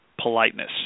politeness